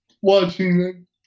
watching